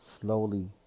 slowly